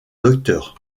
docteur